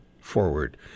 forward